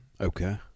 okay